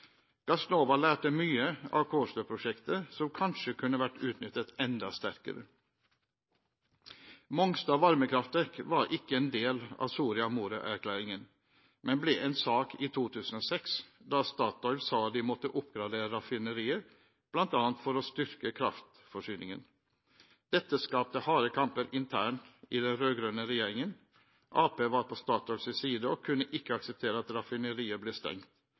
Gassnova lærte mye av Kårstø-prosjektet som kanskje kunne vært utnyttet enda sterkere. Mongstad varmekraftverk var ikke en del av Soria Moria-erklæringen, men ble en sak i 2006, da Statoil sa de måtte oppgradere raffineriet, bl.a. for å styrke kraftforsyningen. Dette skapte harde kamper internt i den rød-grønne regjeringen. Arbeiderpartiet var på Statoils side og kunne ikke akseptere at raffineriet ble stengt.